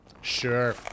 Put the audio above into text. Sure